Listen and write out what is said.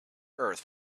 earth